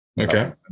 Okay